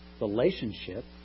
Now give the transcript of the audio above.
relationship